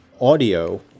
audio